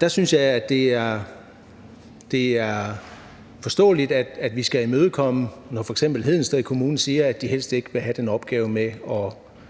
Der synes jeg, at det er forståeligt, at vi skal imødekomme det, når f.eks. Hedensted Kommune siger, at de helst ikke vil have den opgave med at